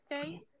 Okay